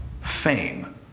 fame